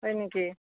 হয় নেকি